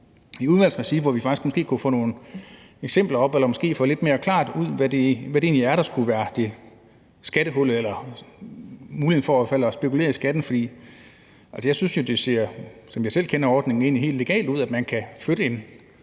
i udvalgsregi, hvor vi måske kunne få nogle eksempler op eller måske få det gjort lidt mere klart, hvad det egentlig er, der skulle være skattehullet eller muligheden for at spekulere i skat. For jeg synes egentlig, at det, sådan som jeg selv kender ordningen, ser helt legalt ud, at man kan flytte en